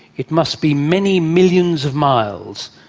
it must be many millions of miles,